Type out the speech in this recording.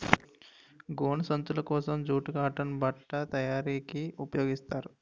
గోను సంచులు కోసం జూటు కాటన్ బట్ట తయారీకి ఉపయోగిస్తారు